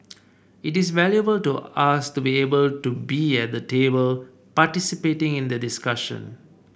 it is very valuable to us to be able to be at the table participating in the discussion